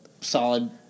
solid